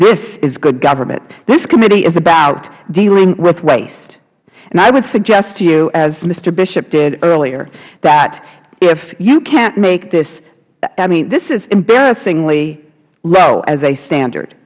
this is good government this committee is about dealing with waste and i would suggest to you as mister bishop did earlier that if you can't make this i mean this is embarrassingly low as a standard